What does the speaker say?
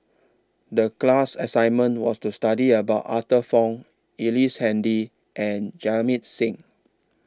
The class assignment was to study about Arthur Fong Ellice Handy and Jamit Singh